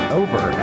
over